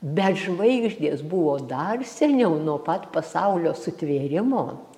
bet žvaigždės buvo dar seniau nuo pat pasaulio sutvėrimo